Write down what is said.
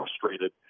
frustrated